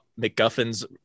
MacGuffin's